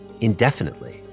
indefinitely